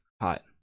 Hot